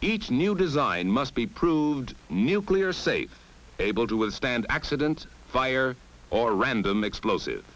each new design must be proved nuclear safety able to withstand accident fire or random explosive